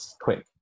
quick